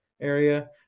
area